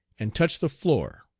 and touch the floor.